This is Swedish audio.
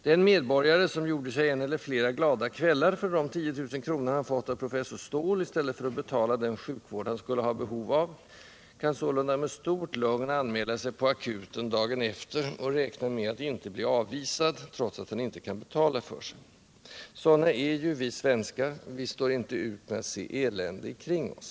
Den medborgare som gjorde sig en eller flera glada kvällar för de 10 000 kr. han fått av professor Ståhl i stället för att betala för den sjukvård han skulle ha behov av, kan sålunda med stort lugn anmäla sig på akuten dagen efter och räkna med att inte bli avvisad, trots att han inte kan betala för sig. Sådana är ju vi svenskar: vi står inte ut med att se elände kring OSS.